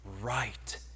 right